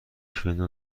فنجان